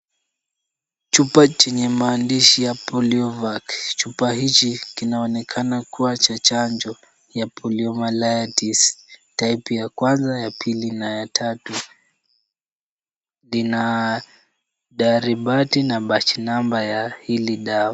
Chupa chenye maandishi ya polio vaccine .Chupa hichi kinaonekana kuwa cha chanjo cha poliomyelitis type ya kwanza ya pili na ya tatu. Lina daribati na batch number ya hili dawa.